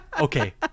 Okay